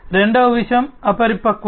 రెండవ విషయం అపరిపక్వత